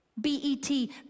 B-E-T